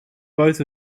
both